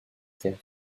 terres